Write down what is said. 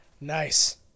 Nice